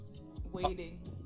waiting